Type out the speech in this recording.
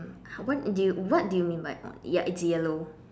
how what what do you mean by on ya it's yellow